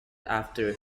after